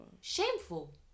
shameful